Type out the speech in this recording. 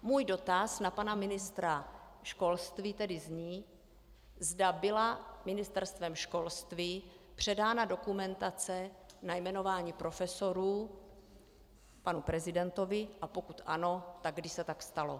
Můj dotaz na pana ministra školství tedy zní, zda byla Ministerstvem školství předána dokumentace na jmenování profesorů panu prezidentovi, a pokud ano, kdy se tak stalo.